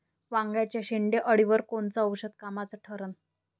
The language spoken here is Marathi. वांग्याच्या शेंडेअळीवर कोनचं औषध कामाचं ठरन?